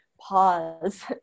pause